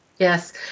Yes